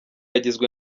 agizwe